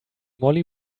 molly